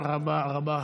תודה רבה רבה.